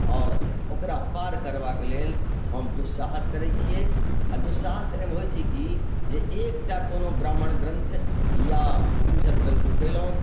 ओकरा पार करबाके लेल हम दुहसाहस करैत छियै आ दुहसाहस करयमे होइत छै कि जे एकटा कओनो ब्राह्मण ग्रन्थ या उपनिषद ग्रन्थ उठेलहुँ